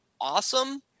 awesome